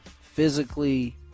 physically